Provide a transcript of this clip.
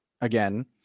again